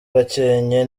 gakenke